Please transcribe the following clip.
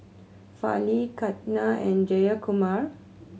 Fali Ketna and Jayakumar